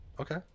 Okay